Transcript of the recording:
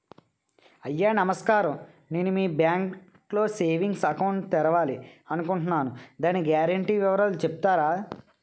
అయ్యా నమస్కారం నేను మీ బ్యాంక్ లో సేవింగ్స్ అకౌంట్ తెరవాలి అనుకుంటున్నాను దాని గ్యారంటీ వివరాలు చెప్తారా?